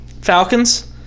Falcons